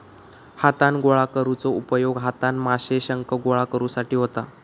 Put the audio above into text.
हातान गोळा करुचो उपयोग हातान माशे, शंख गोळा करुसाठी होता